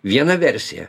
viena versija